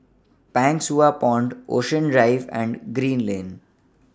Pang Sua Pond Ocean Drive and Green Lane